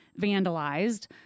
vandalized